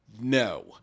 No